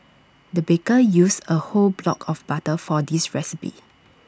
the baker used A whole block of butter for this recipe